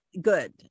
good